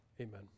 Amen